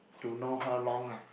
to know her long ah